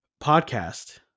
podcast